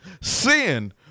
Sin